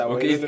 Okay